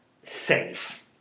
safe